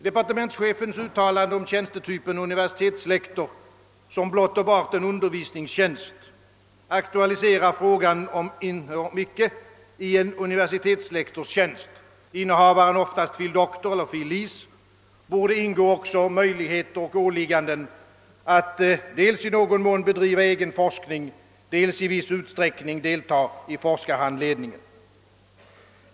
Departementschefens uttalande om tjänstetypen universitetslektor som blott och bart en undervisningstjänst aktualiserar frågan om icke i en universitetslektorstjänst — innehavaren är oftast doktor eller filosofie licentiat — borde ingå möjligheter och åliggande att dels i någon mån bedriva egen forskning, dels i viss utsträckning delta i forskarhandledningen.